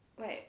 wait